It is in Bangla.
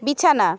বিছানা